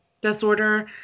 disorder